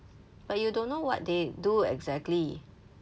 but you don't know what they do exactly